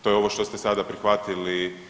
To je ovo što ste sada prihvatili.